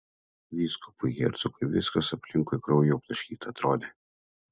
vyskupui hercogui viskas aplinkui krauju aptaškyta atrodė